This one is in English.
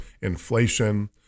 inflation